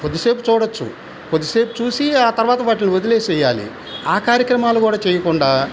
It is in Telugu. కొద్దిసేపు చూడొచ్చు కొద్దిసేపు చూసి ఆ తర్వాత వాటిల్ని వదిలేసేయాలి ఆ కార్యక్రమాలు కూడా చేయకుండా